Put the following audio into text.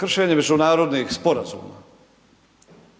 kršenje međunarodnih sporazuma.